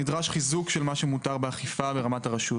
נדרש חיזוק של מה שמותר באכיפה לרמת הרשות.